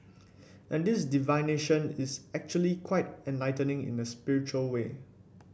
and this divination is actually quite enlightening in a spiritual way